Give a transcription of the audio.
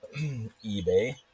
eBay